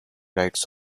rights